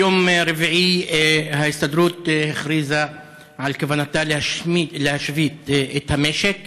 ביום רביעי ההסתדרות הכריזה על כוונתה להשבית את המשק